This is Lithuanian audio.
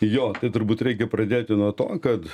jo turbūt reikia pradėti nuo to kad